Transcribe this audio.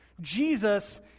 Jesus